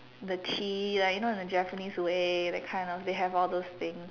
the tea like you know the Japanese way that kind they have all those things